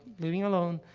living alone,